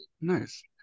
Nice